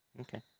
Okay